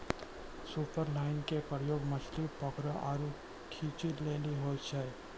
superline के प्रयोग मछली पकरै आरु खींचै लेली होय छै